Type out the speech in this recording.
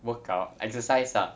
workout exercise lah